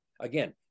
Again